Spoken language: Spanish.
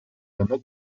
tomó